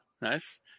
nice